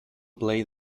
played